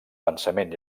pensament